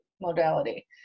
modality